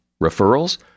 Referrals